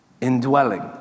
Indwelling